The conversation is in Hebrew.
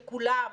שכולם